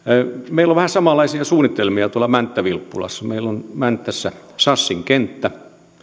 meillä on vähän samanlaisia suunnitelmia tuolla mänttä vilppulassa meillä on mäntässä sassin kenttä